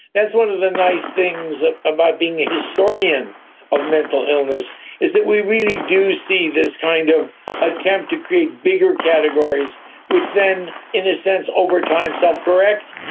that's one of the nice things about being a historian of mental illness is that we really do see this kind of attempt to create bigger categories which then, in a sense, over time self-correct.